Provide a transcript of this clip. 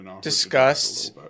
discussed